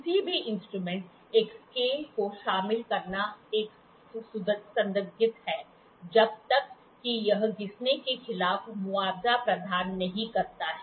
किसी भी इंस्ट्रूमेंट एक स्केल को शामिल करना एक संदिग्ध है जब तक कि यह घिसने के खिलाफ मुआवजा प्रदान नहीं करता है